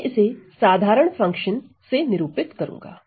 मैं इसे साधारण फंक्शन से निरूपित करूंगा